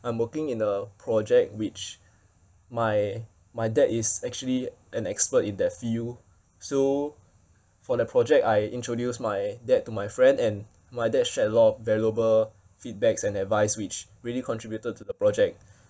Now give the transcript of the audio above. I'm working in a project which my my dad is actually an expert in that field so for that project I introduced my dad to my friends and my dad shared a lot of valuable feedbacks and advice which really contributed to the project